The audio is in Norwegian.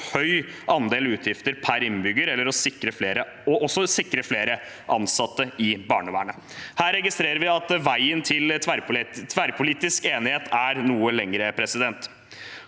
høy andel utgifter per innbygger, og også sikre flere ansatte i barnevernet. Her registrerer vi at veien til tverrpolitisk enighet er noe lengre. Kommunene